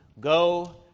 Go